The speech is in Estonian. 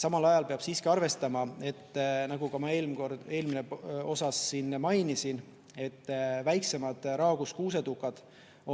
Samal ajal peab siiski arvestama, nagu ma eelmises osas mainisin, et väiksemad raagus kuusetukad